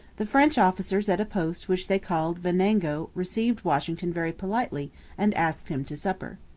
the french officers at a post which they called venango received washington very politely and asked him to supper.